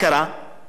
שר האוצר